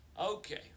Okay